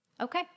okay